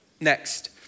Next